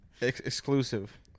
Exclusive